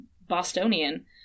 Bostonian